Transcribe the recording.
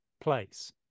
place